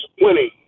winning